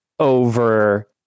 Over